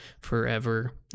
forever